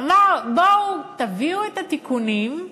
אמר: בואו, תביאו את התיקונים,